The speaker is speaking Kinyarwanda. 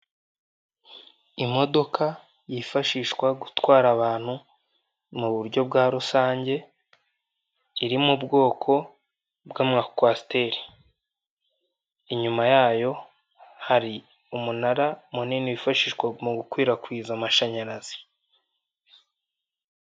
Imodoka yifashishwa gutwara abantu mu buryo bwa rusange, iri mu bwoko bw'amakwasiteri, inyuma yayo hari umunara munini wifashishwa mu gukwirakwiza amashanyarazi.